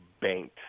banked